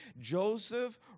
Joseph